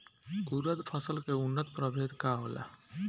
उरद फसल के उन्नत प्रभेद का होला?